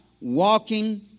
walking